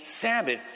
Sabbath